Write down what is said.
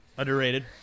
Underrated